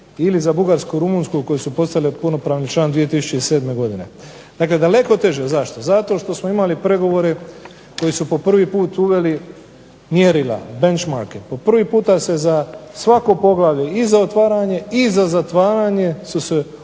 ili za Bugarsku i Rumunjsku koje su postale punopravni član 2007. godine. Dakle, daleko teže. Zašto, zato što smo imali pregovore koji su po prvi put uveli mjerila, benchmarke, po prvi puta se za svako poglavlje i za otvaranje i za zatvaranje su se